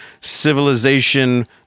civilization